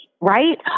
right